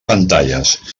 pantalles